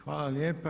Hvala lijepa.